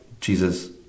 Jesus